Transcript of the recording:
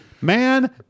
man